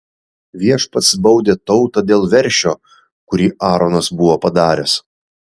viešpats baudė tautą dėl veršio kurį aaronas buvo padaręs